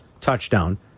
touchdown